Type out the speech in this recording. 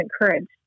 encouraged